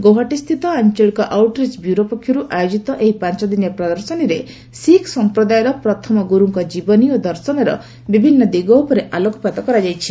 ଗୌହାଟୀସ୍ଥିତ ଆଞ୍ଚଳିକ outreach bureau ପକ୍ଷରୁ ଆୟୋଜିତ ଏହି ପାଞ୍ଚଦିନିଆ ପ୍ରଦର୍ଶନୀରେ ଶିଖ୍ ସଂପ୍ରଦାୟର ପ୍ରଥମ ଗୁରୁଙ୍କ ଜୀବନୀ ଓ ଦର୍ଶନର ବିଭିନ୍ନ ଦିଗ ଉପରେ ଆଲୋକପାତ କରାଯାଇଛି